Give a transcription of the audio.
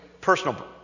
personal